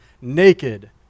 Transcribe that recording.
naked